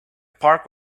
park